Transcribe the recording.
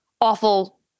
awful